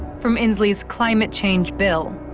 from inslee's climate-change bill.